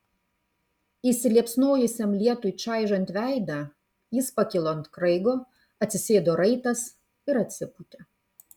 įsiliepsnojusiam lietui čaižant veidą jis pakilo ant kraigo atsisėdo raitas ir atsipūtė